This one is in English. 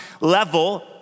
level